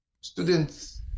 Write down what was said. students